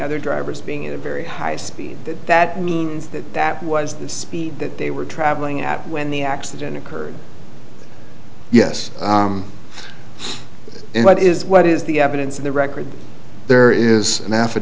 other drivers being in a very high speed that that means that that was the speed that they were traveling at when the accident occurred yes and what is what is the evidence in the record there is an a